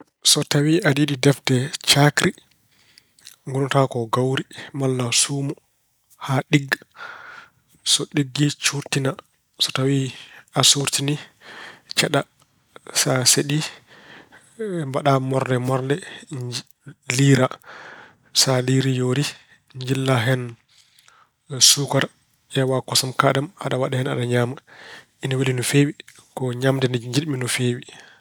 So tawi aɗa yiɗi defde caakri, ngunataa ko gawri malla suumo haa ɗigga. So ɗiggi cuurtina. So tawii a suurtinii, ceɗaa, sa seɗi, mbaɗaa morle morle, liira. Sa liirii, yoori, njillaa hen suukara, ƴeewa kosam kaaɗɗam, aɗa waɗa hen aɗa ñaama. Ina weli no feewi. Ko ñaamde nde jiɗmi no feewi.